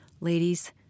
Ladies